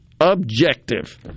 objective